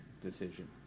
decision